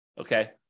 Okay